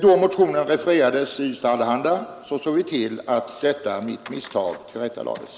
Då motionen refererades i Ystads Allehanda såg vi till att detta misstag tillrättalades.